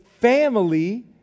family